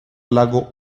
lago